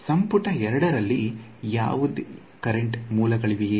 ಸಂಪುಟ 2 ರಲ್ಲಿ ಯಾವುದೇ ಕರೆಂಟ್ ಮೂಲವಿದೆಯೇ